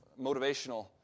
motivational